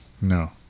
no